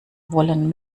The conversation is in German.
wollen